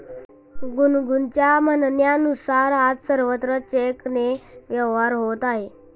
गुनगुनच्या म्हणण्यानुसार, आज सर्वत्र चेकने व्यवहार होत आहे